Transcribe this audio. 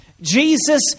Jesus